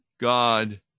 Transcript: God